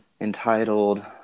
Entitled